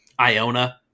Iona